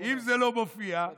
אם זה לא מופיע --- תשובה לא נכונה.